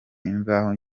imvaho